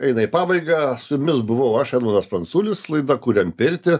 eina į pabaigą su jumis buvau aš edmundas pranculis laida kuriam pirtį